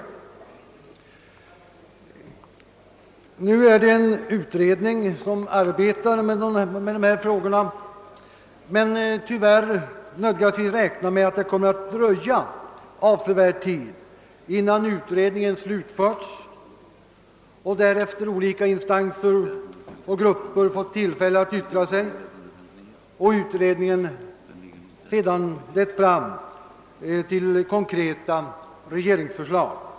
Som sagt arbetar en utredning med dessa frågor, men tyvärr nöd: gas vi räkna med att det kommer att dröja avsevärd tid innan utredningen slutförts och därefter olika instanser och grupper fått tillfälle att yttra sig och utredningen lett fram till konkreta regeringsförslag.